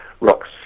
rocks